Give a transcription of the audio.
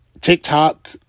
TikTok